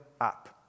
up